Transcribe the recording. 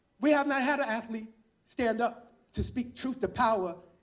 we have not had an athlete stand up to speak truth to power